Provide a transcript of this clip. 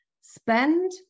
spend